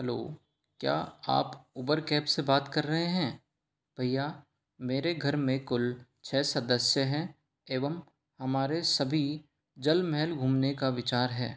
hello क्या आप Uber cab से बात कर रहे हैं भैया मेरे घर में कुल छः सदस्य हैं एवं हमारे सभी जलमहल घूमने का विचार है